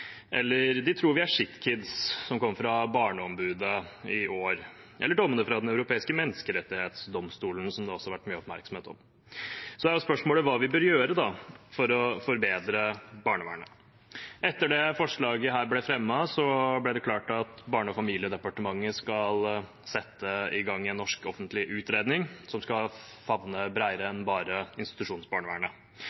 Den europeiske menneskerettsdomstol, som det også har vært mye oppmerksomhet om. Så er spørsmålet: Hva bør vi gjøre for å forbedre barnevernet? Etter at dette forslaget ble fremmet, ble det klart at Barne- og familiedepartementet skal sette i gang en norsk offentlig utredning som skal favne bredere